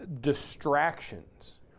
distractions